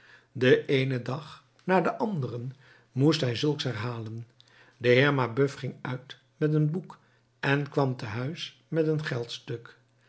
den eenen dag na den anderen moest hij zulks herhalen de heer mabeuf ging uit met een boek en kwam te huis met een